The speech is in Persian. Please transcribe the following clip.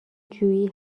جویی